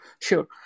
Sure